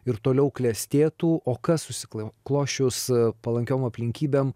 ir toliau klestėtų o kas susiklosčius palankiom aplinkybėm